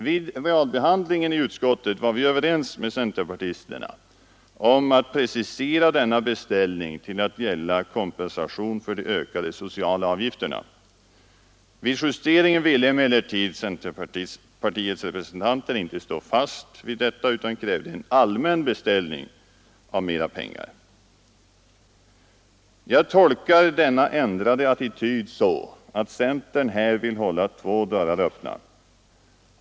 Vid realbehandlingen i utskottet var vi överens med centerpartisterna om att precisera denna beställning till att gälla kompensation för de ökade sociala avgifterna. Vid justeringen ville emellertid centerpartiets representanter inte stå fast vid detta utan krävde en allmän beställning av mera pengar. Jag tolkar denna ändrade attityd så att centern här vill:hålla två dörrar öppna.